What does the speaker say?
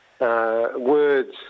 words